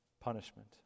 punishment